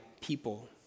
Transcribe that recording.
people